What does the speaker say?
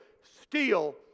steal